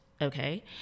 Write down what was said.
Okay